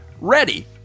ready